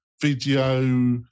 video